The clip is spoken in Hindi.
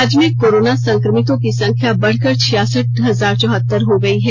राज्य में कोरोना संक्रमितों की संख्या बढ़कर छियायसठ हजार चौहत्तर हो गयी है